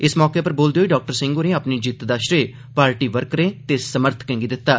इस मौके उप्पर बोलदे होई डाक्टर सिंह होरें अपनी जित्त दा श्रेय पार्टी वर्करें ते समर्थकें गी दिता ऐ